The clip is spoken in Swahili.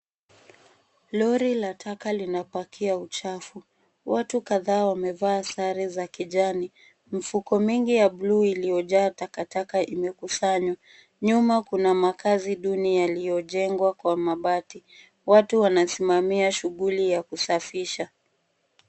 Lori la taka linapakia uchafu. Watu kadhaa wamevaa sare za kijani. Mifuko mingi ya buluu iliyojaa takataka imekusanywa. Nyuma kuna makazi duni yaliyojengwa kwa mabati. Watu wanasimamia shughuli ya kusafisha.